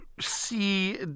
see